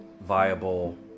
viable